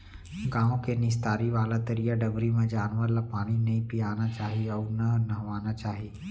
गॉँव के निस्तारी वाला तरिया डबरी म जानवर ल पानी नइ पियाना चाही अउ न नहवाना चाही